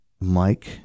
Mike